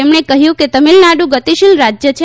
તેમણે કહ્યું કે તમિલનાડુ ગતિશીલ રાજ્ય છે